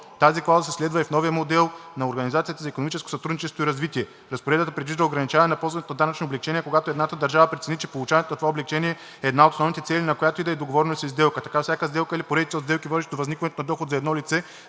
Тази клауза следва новия Модел на Организацията за икономическо сътрудничество и развитие. Разпоредбата предвижда ограничаване на ползването на данъчни облекчения, когато едната държава прецени, че получаването на това облекчение е една от основните цели на която и да е договореност или сделка. Така всяка сделка или поредица от сделки, водещи до възникването на доход за едно лице,